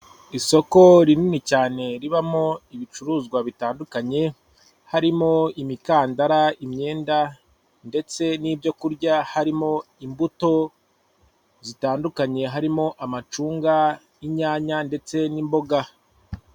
Isoko rinini cyane ribamo ibicuruzwa bitandukanye harimo imikandara imyenda ndetse n'ibyo kurya harimo imbuto zitandukanye harimo amacunga, inyanya ndetse n'imboga.